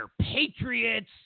patriots